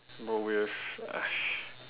but with !hais!